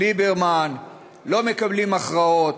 ליברמן לא מקבלים הכרעות,